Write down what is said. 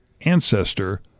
ancestor